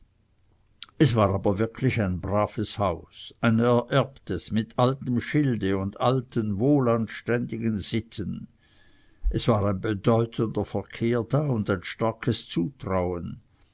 es war aber wirklich ein braves haus ein ererbtes mit altem schilde und alten wohlanständigen sitten es war ein bedeutender verkehr da und ein starkes zutrauen